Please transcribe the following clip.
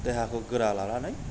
देहाखौ गोरा लानानै